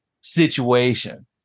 situation